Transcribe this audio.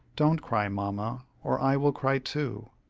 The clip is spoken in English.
don't cry, mamma, or i will cry too.